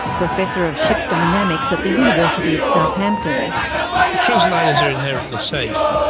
professor of ship dynamics at the university of southampton the cruise liners are inherently safe.